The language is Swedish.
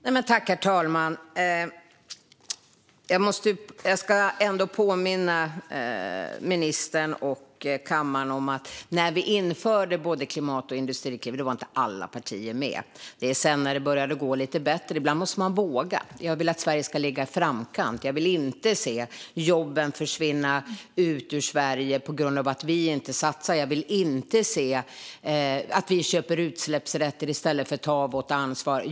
Herr talman! Jag ska ändå påminna ministern och kammaren om att inte alla partier var med när vi införde Klimatklivet och Industriklivet, utan de kom med först senare, när det började gå lite bättre. Ibland måste man våga. Jag vill att Sverige ska ligga i framkant. Jag vill inte se jobben försvinna ut ur Sverige på grund av att vi inte satsar. Jag vill inte se att vi köper utsläppsrätter i stället för att ta vårt ansvar.